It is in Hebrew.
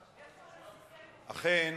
אכן,